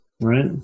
Right